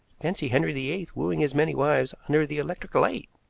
fancy henry the eighth wooing his many wives under the electric light!